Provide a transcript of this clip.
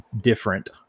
different